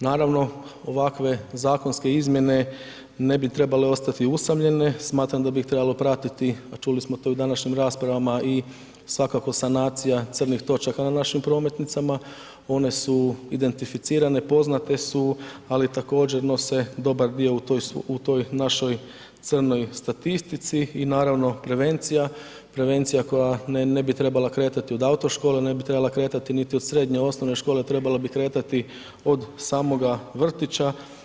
Naravno, ovakve zakonske izmjene ne bi trebale ostati usamljene, smatram da bi ih trebalo pratiti, a čuli smo to i u današnjim raspravama i svakako sanacija crnih točaka na našim prometnicama, one su identificirane, poznate su ali također nose dobar dio u toj našoj crnoj statistici i naravno prevencija, prevencija koja ne bi trebala kretati od auto škole, ne bi trebala kretati niti od srednje osnovne škole, trebala bi kretati od samoga vrtića.